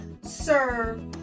serve